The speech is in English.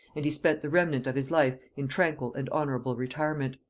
and he spent the remnant of his life in tranquil and honorable retirement.